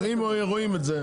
אבל אם רואים את זה?